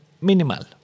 minimal